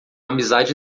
amizade